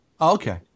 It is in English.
Okay